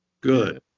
Good